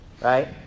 right